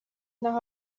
naho